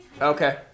Okay